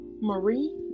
marie